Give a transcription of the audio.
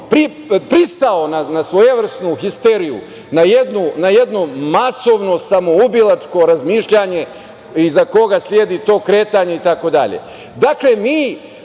pristao na svojevrsnu histeriju, na jedno masovno samoubilačko razmišljanje iza koga sledi to kretanje